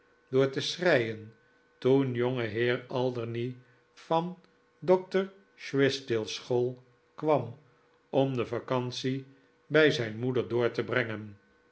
door te schreien toen jongeheer alderney van dokter swishtail's school kwam om de vacantie bij zijn moeder door te brengen